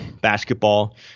basketball